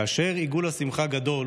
כאשר עיגול השמחה גדול,